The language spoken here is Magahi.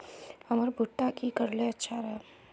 हमर भुट्टा की करले अच्छा राब?